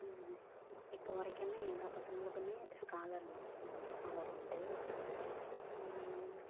இப்போ வரைக்குமே எல்லா பசங்களுக்குமே ஸ்காலர் ம ஸ்காலர் உண்டு